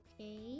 okay